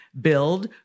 build